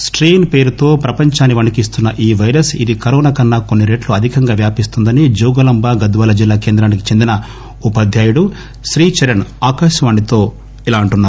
strain అసే పేరుతో ప్రపంచాన్ని వణికిస్తున్న ఈ పైరస్ ఇది కరోనా కన్నా కొన్ని రెట్లు అధికంగా వ్యాపిస్తుందనీ జోగులాంబ గద్వాల జిల్ల కేంద్రానికి చెందిన ఉపాధ్యాయుడు శ్రీచరన్ అంటున్నారు